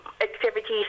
activities